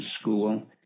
school